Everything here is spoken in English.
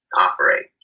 operate